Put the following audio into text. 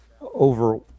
over